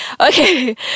Okay